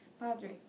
Padre